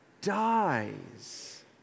dies